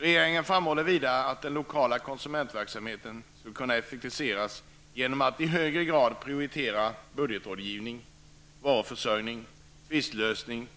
Regeringen framhåller vidare att den lokala konsumentverksamheten skulle kunna effektiviseras genom att i högre grad prioritera budgetrådgivning, varuförsörjning, tvistlösning,